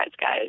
guys